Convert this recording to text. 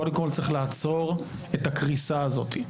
קודם כל צריך לעצור את הקריסה הזאת.